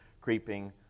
creeping